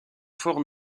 fort